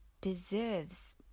deserves